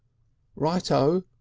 right o!